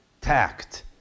Tact